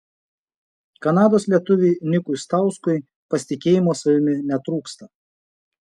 kanados lietuviui nikui stauskui pasitikėjimo savimi netrūksta